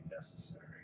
necessary